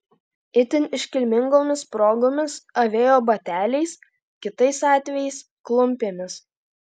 itin iškilmingomis progomis avėjo bateliais kitais atvejais klumpėmis